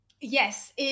Yes